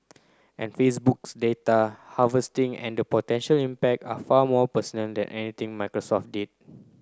and Facebook's data harvesting and the potential impact are far more personal than anything Microsoft did